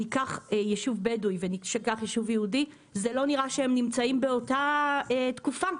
ניקח ישוב בדווי וניקח ישוב יהודי זה לא נראה שהם נמצאים באותה תקופה.